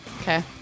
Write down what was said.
Okay